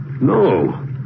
No